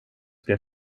blev